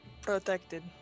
protected